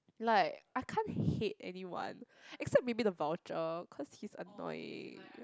like I can't hate anyone except maybe the vulture cause he's annoying